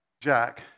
Jack